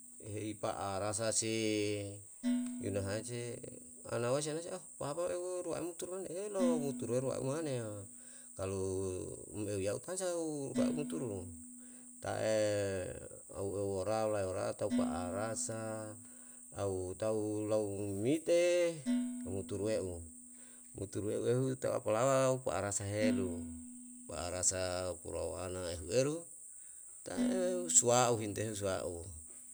reipa arasa si yunahase anawasi anase a papa eu o rua ruamutu ran elo mutu re ruau mane yo, kalu um eu yau tasau pa umturu, ta'e ou euyora lae yora tau paarasa, tau tau lau mite, umturuweu. Umturu ehueru tau apalawa upu'arasahelu wa'arasa upulou ana ehueru, ta'e usuwa'u hinten usuwa'u